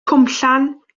cwmllan